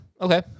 Okay